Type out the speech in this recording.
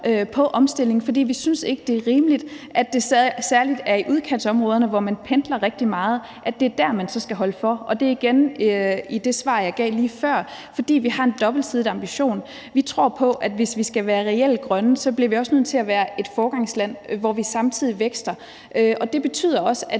på omstillingen, for vi synes ikke, det er rimeligt, at det særlig er i udkantsområderne, hvor man pendler rigtig meget, man så skal holde for, og det er igen som i det svar, jeg gav lige før, fordi vi har en dobbeltsidet ambition. Vi tror på, at vi, hvis vi skal være reelt grønne, også bliver nødt til at være et foregangsland, hvor vi samtidig vækster, og det betyder også, at